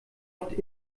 oft